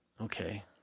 Okay